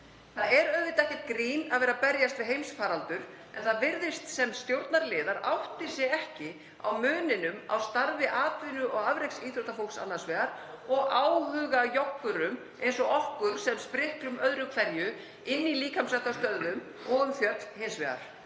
Það er auðvitað ekkert grín að vera að berjast við heimsfaraldur, en það virðist sem stjórnarliðar átti sig ekki á muninum á starfi atvinnu- og afreksíþróttafólks annars vegar og hins vegar áhugajoggurum eins og okkur, sem spriklum öðru hverju inni í líkamsræktarstöðvum og upp um fjöll.